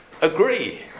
agree